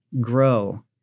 grow